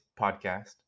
podcast